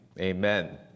amen